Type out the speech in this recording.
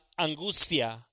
angustia